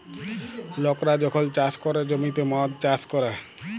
লকরা যখল চাষ ক্যরে জ্যমিতে মদ চাষ ক্যরে